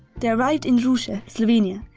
they arrived in ruse, slovenia,